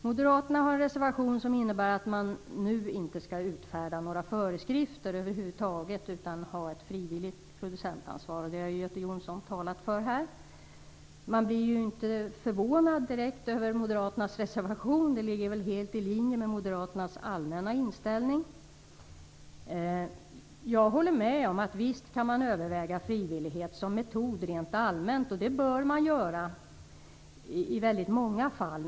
Moderaterna föreslår i sin reservation att man nu inte skall utfärda några föreskrifter över huvud taget, utan ha ett frivilligt producentansvar. Det har Göte Jonsson talat för här. Man blir inte direkt förvånad över moderaternas reservation. Den ligger helt i linje med moderaternas allmänna inställning. Jag håller med om att man rent allmänt kan överväga frivillighet som metod. Det bör man i många fall också göra.